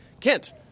Kent